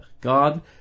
God